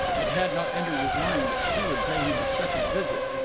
it had not entered his mind that she would pay him a second visit.